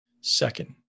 Second